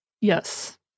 Yes